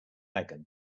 megan